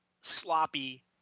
sloppy